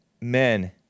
men